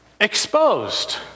exposed